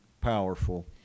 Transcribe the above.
powerful